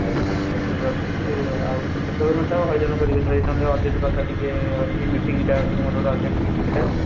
ଆଜ୍ଞା ଫୋନ୍ ପେ' କରିଦେବି ଆଉ ଆଉ ସେତେବେଳକୁ ମୋତେ ଆଉ ହଇରାଣ କରିବେନି ଭାଇ ନ ହେଲେ ଅର୍ଜେଣ୍ଟ୍ କଥା ଟିକେ ଅଛି ମିଟିଙ୍ଗ୍ଟା ଅଛି ମୋର ଗୋଟେ ଅର୍ଜେଣ୍ଟ୍ ମିଟିଙ୍ଗ୍ଟା